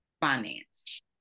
Finance